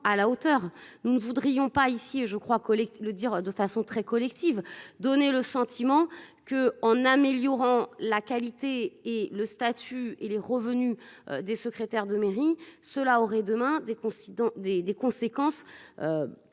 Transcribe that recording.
à la hauteur. Nous ne voudrions pas ici et je crois collecte le dire de façon très collective, donner le sentiment que, en améliorant la qualité et le statut et les revenus des secrétaires de mairie cela aurait demain des confidents